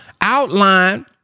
outline